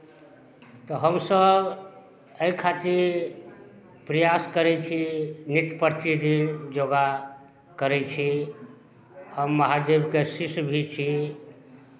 तऽ हमसभ एहि खातिर प्रयास करै छी नित्य प्रतिदिन योगा करै छी हम महादेवके शिष्य भी छी